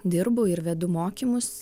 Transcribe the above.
dirbu ir vedu mokymus